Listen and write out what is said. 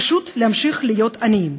פשוט להמשיך להיות עניים.